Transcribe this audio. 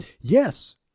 Yes